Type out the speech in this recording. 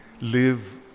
live